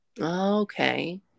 Okay